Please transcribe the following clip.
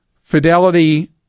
Fidelity